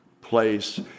place